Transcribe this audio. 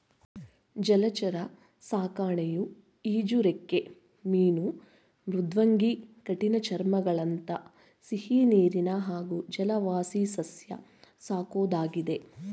ಜಲಚರ ಸಾಕಣೆಯು ಈಜುರೆಕ್ಕೆ ಮೀನು ಮೃದ್ವಂಗಿ ಕಠಿಣಚರ್ಮಿಗಳಂಥ ಸಿಹಿನೀರಿನ ಹಾಗೂ ಜಲವಾಸಿಸಸ್ಯ ಸಾಕೋದಾಗಿದೆ